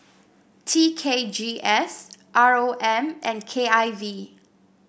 T K G S R O M and K I V